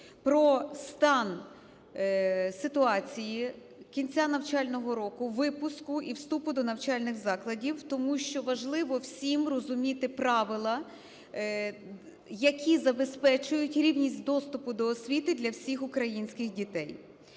про стан ситуації кінця навчального року, випуску і вступу до навчальних закладів. Тому що важливо всім розуміти правила, які забезпечують рівність доступу до освіти для всіх українських дітей.